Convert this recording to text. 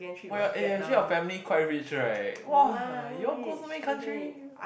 oh ya eh actually your family quite rich right !wah! you all go so many countries